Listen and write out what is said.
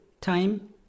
time